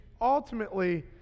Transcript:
ultimately